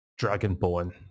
Dragonborn